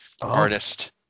artist